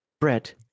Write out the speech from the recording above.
Brett